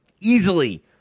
easily